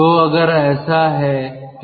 तो अगर ऐसा है